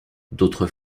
d’autres